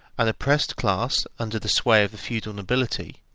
an oppressed class under the sway of the feudal nobility,